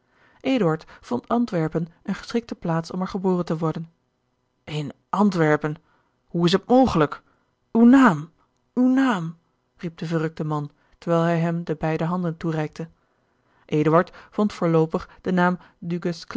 vond antwerpen eene geschikte plaats om er geboren te worden in antwerpen hoe is het mogelijk uw naam uw naam riep de verrukte man terwijl hij hem de beide handen toereikte eduard vond voorloopig den naam